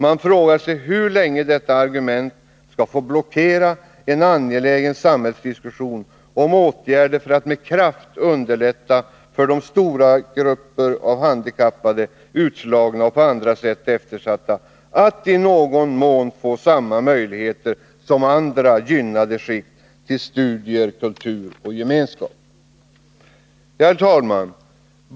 Man frågar sig hur länge detta argument skall få blockera en angelägen samhällsdiskussion om åtgärder som syftar till att med kraft underlätta för den stora gruppen av handikappade, utslagna och på andra sätt eftersatta att i någon mån få samma möjligheter som andra gynnade skikt till studier, kultur och gemenskap. Herr talman!